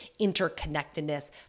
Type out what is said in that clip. interconnectedness